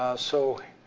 so,